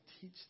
teach